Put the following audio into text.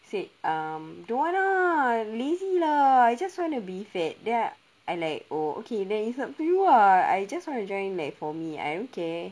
said um don't want ah lazy lah I just wanna be fed and like okay then it's up to you ah I just wanna join leh for me I don't care